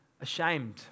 ashamed